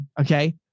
Okay